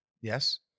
yes